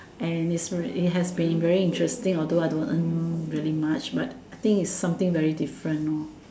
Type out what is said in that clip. and is really it has been very interesting although I don't earn really much but I think is something very different lor